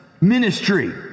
ministry